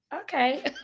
okay